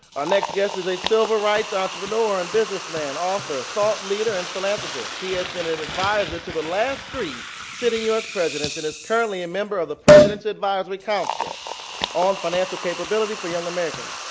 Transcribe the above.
our next guest is a silver rights entrepreneur and businessman, author, thought leader and philanthropist. he has been and advisor to the last three sitting u s. presidents and is currently a member of the president's advisory council on financial capability for young americans.